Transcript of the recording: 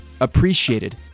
appreciated